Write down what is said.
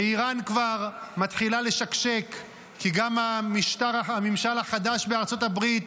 ואיראן כבר מתחילה לשקשק כי גם הממשל החדש בארצות הברית